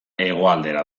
hegoaldera